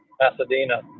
Pasadena